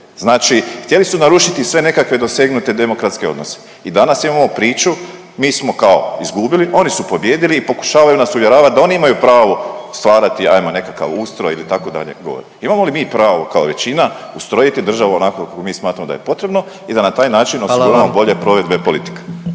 Znači htjeli su narušiti sve nekakve dosegnute demokratske odnose. I danas imamo priču mi smo kao izgubili, oni su pobijedili i pokušavaju nas uvjeravat da oni imaju pravo stvarati ajmo nekakav ustroj ili tako da ne govorim, imamo li mi pravo kao većina ustrojiti državu onako kako mi smatramo da je potrebno i da na taj način …/Upadica predsjednik: